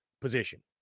position